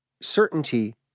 certainty